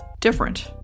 different